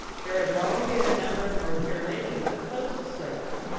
there had long been a number of north carolinians opposed to slavery,